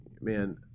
Man